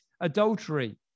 adultery